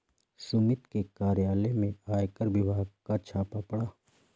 सुमित के कार्यालय में आयकर विभाग का छापा पड़ा